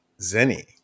Zenny